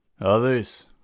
Others